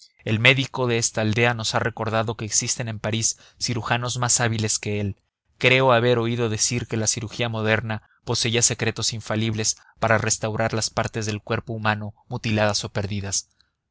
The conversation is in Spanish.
el médico de esta aldea nos ha recordado que existen en parís cirujanos más hábiles que él creo haber oído decir que la cirugía moderna poseía secretos infalibles para restaurar las partes del cuerpo humano mutiladas o perdidas